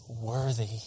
worthy